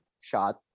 shot